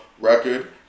record